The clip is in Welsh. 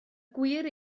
gwir